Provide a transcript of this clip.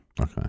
Okay